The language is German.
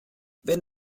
wenn